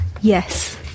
Yes